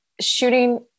shooting